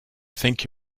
think